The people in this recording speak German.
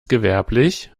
gewerblich